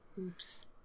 Oops